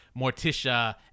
morticia